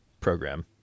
program